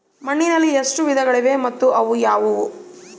ಮಣ್ಣಿನಲ್ಲಿ ಎಷ್ಟು ವಿಧಗಳಿವೆ ಮತ್ತು ಅವು ಯಾವುವು?